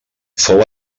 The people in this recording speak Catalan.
fou